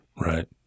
Right